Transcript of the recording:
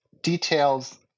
details